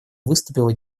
выступила